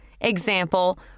Example